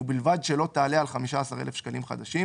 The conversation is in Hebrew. ובלבד שלא תעלה על 15 אלף שקלים חדשים,